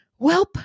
Welp